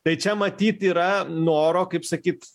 tai čia matyt yra noro kaip sakyt